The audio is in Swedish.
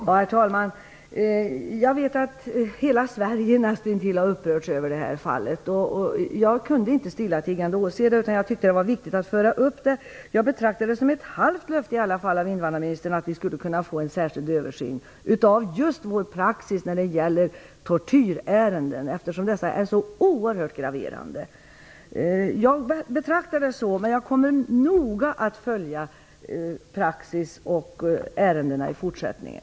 Herr talman! Jag vet att näst intill hela Sverige har upprörts över det här fallet. Jag kunde inte stillatigande åse detta, utan jag tyckte att det var viktigt att föra fram det. Jag betraktar det i alla fall som ett halvt löfte av invandrarministern att vi skulle kunna få en särskild översyn av just vår praxis när det gäller tortyrärenden, eftersom dessa är så oerhört graverande. Jag betraktar det så. Men jag kommer noga att följa praxis i sådana här ärenden i fortsättningen.